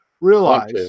realize